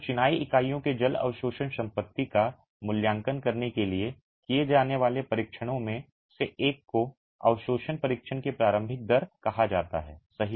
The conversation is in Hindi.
तो चिनाई इकाइयों के जल अवशोषण संपत्ति का मूल्यांकन करने के लिए किए जाने वाले परीक्षणों में से एक को अवशोषण परीक्षण की प्रारंभिक दर कहा जाता है सही